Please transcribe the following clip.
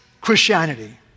Christianity